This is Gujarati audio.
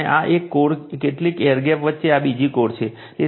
અને આ એક કોર કેટલીક એર ગેપ વચ્ચે આ બીજી કોર છે